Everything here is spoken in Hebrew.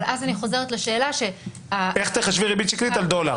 אבל אז אני חוזרת לשאלה --- איך תחשבי ריבית שקלית ביחס לדולר?